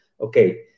okay